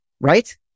right